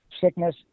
sickness